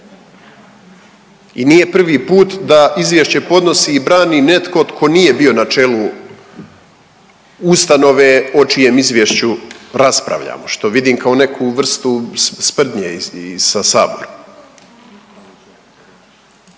i nije prvi put da izvješće podnosi i brani netko tko nije bio na čelu ustanove o čijem izvješću raspravljamo, što vidim kao neku vrstu sprdnje i sa saborom.